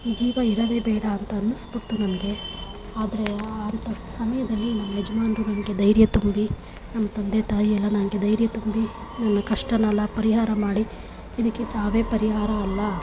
ಈ ಜೀವ ಇರೋದೇ ಬೇಡ ಅಂತ ಅನ್ನಿಸ್ಬಿಡ್ತು ನನಗೆ ಆದರೆ ಆ ಅಂಥ ಸಮಯದಲ್ಲಿ ನಮ್ಮ ಯಜಮಾನರು ನನಗೆ ಧೈರ್ಯ ತುಂಬಿ ನಮ್ಮ ತಂದೆ ತಾಯಿಯೆಲ್ಲ ನನಗೆ ಧೈರ್ಯ ತುಂಬಿ ನನ್ನ ಕಷ್ಟವನ್ನೆಲ್ಲ ಪರಿಹಾರ ಮಾಡಿ ಇದಕ್ಕೆ ಸಾವೇ ಪರಿಹಾರ ಅಲ್ಲ